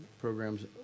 programs